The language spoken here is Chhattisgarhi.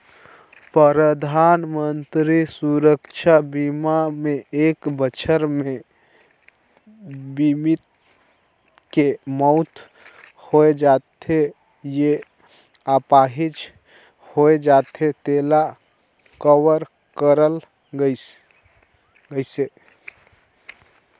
परधानमंतरी सुरक्छा बीमा मे एक बछर मे बीमित के मउत होय जाथे य आपाहिज होए जाथे तेला कवर करल गइसे